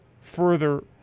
further